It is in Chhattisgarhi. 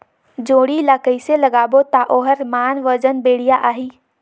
जोणी ला कइसे लगाबो ता ओहार मान वजन बेडिया आही?